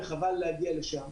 וחבל להגיע לשם.